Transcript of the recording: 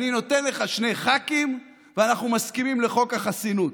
אני נותן לך שני ח"כים ואנחנו מסכימים לחוק החסינות,